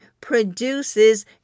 produces